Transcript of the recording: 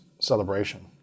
celebration